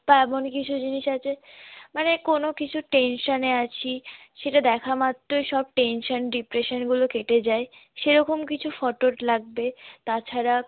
বা এমন কিছু জিনিস আছে মানে কোনো কিছুর টেনশানে আছি সেটা দেখা মাত্রই সব টেনশান ডিপ্রেশানগুলো কেটে যায় সেরকম কিছু ফটো লাগবে তাছাড়া